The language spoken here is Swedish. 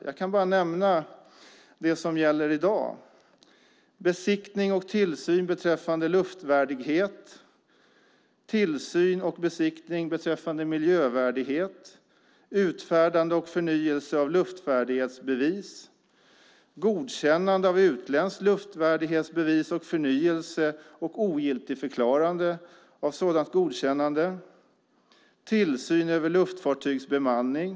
Jag kan bara nämna det som gäller i dag, och det är besiktning och tillsyn beträffande luftvärdighet, tillsyn och besiktning beträffande miljövärdighet, utfärdande och förnyelse av luftvärdighetsbevis, godkännande av utländskt luftvärdighetsbevis, förnyelse och ogiltigförklarande av sådant godkännande och tillsyn över luftfartygs bemanning.